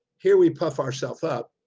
here we puff ourselves up.